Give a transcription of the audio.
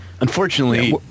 Unfortunately